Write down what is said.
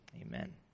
amen